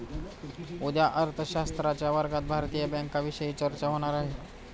उद्या अर्थशास्त्राच्या वर्गात भारतीय बँकांविषयी चर्चा होणार आहे